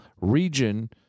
region